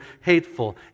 hateful